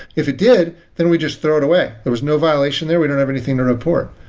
if it did, then we just throw it away. there was no violation there. we don't have anything to report.